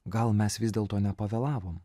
gal mes vis dėlto nepavėlavom